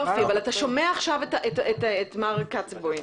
אבל אתה שומע עכשיו את מר קצבוי.